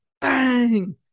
Bang